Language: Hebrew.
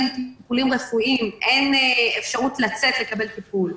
טיפולים רפואיים ואין אפשרות לצאת לקבל טיפול.